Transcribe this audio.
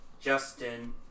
Justin